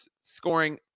scoring